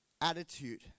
attitude